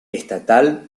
estatal